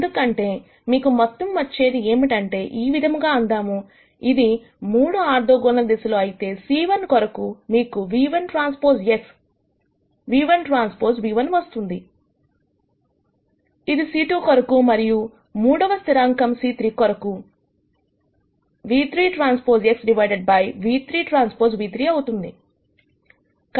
ఎందుకంటే మీకు మొత్తం వచ్చేది ఏమిటంటే ఈ విధముగా అందాము ఇది 3 ఆర్థోగోనల్ దిశలు అయితే c1 కొరకు మీకు ν₁TX ν₁Tν₁ వస్తుంది ఇది c2 కొరకు మరియు మూడవ స్థిరాంకం c3 కొరకు ν3TX డివైడెడ్ బై ν3Tν 3 అవుతుంది